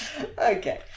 Okay